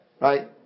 right